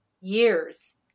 years